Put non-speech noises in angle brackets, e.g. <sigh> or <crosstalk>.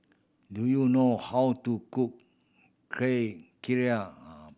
do you know how to cook <unintelligible>